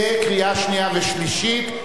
להכנה לקריאה שנייה ולקריאה שלישית.